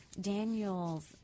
Daniel's